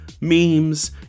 memes